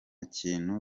kintu